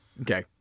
Okay